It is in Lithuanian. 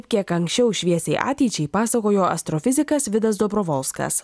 kiek anksčiau šviesiai ateičiai pasakojo astrofizikas vidas dobrovolskas